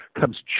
comes